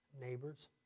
neighbors